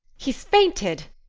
he's fainted,